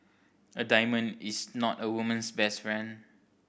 a diamond is not a woman's best friend